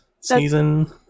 Season